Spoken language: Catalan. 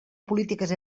polítiques